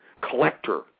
collector